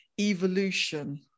evolution